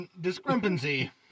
Discrepancy